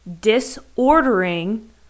disordering